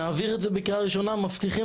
נעביר את זה בקריאה ראשונה ומבטיחים